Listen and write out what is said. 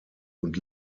und